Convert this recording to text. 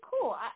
cool